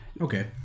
Okay